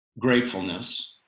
gratefulness